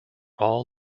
all